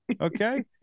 okay